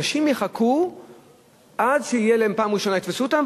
אנשים יחכו עד שפעם ראשונה יתפסו אותם,